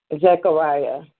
Zechariah